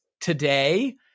today